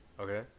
Okay